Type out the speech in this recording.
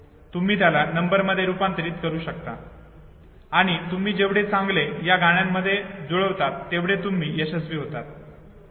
तुम्ही याला नंबर मध्ये रूपांतरित करू शकता आणि तुम्ही जेवढे चांगले याला गाण्यांमध्ये जुळवतात तेवढे तुम्ही यशस्वी होतात